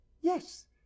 yes